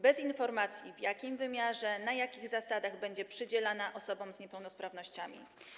Bez informacji, w jakim wymiarze, na jakich zasadach będzie przydzielana osobom z niepełnosprawnościami.